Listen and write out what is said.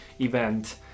event